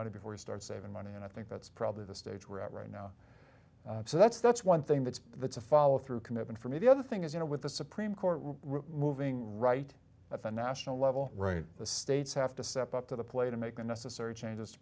money before we start saving money and i think that's probably the stage we're at right now so that's that's one thing that's the to follow through commitment for me the other thing is you know with the supreme court ruling right at the national level right the states have to step up to the plate and make the necessary changes